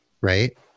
right